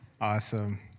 Awesome